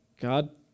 God